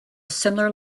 similar